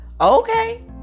Okay